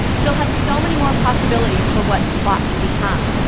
she'll have so many more possibilities for what the plot can become.